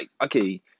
okay